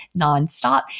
nonstop